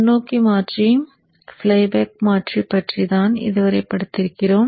முன்னோக்கி மாற்றி flyback மாற்றி பற்றிதான் இதுவரை படித்திருக்கிறோம்